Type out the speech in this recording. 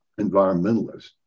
environmentalists